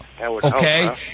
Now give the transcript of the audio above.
Okay